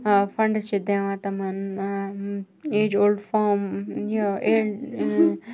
funds چھِ دِوان تِمَن ایج اولڈ فوم